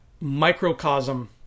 microcosm